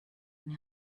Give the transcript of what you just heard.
and